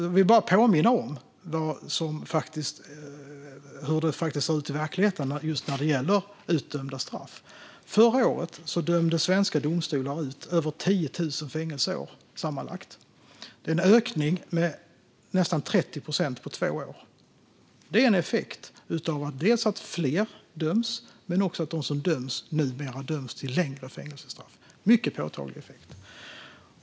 Jag vill bara påminna om hur det faktiskt ser ut i verkligheten just när det gäller utdömda straff. Förra året dömde svenska domstolar ut över 10 000 fängelseår, sammanlagt. Det är en ökning med nästan 30 procent på två år. Det är en effekt av att fler döms men också av att de som döms numera döms till längre fängelsestraff. Det är en mycket påtaglig effekt.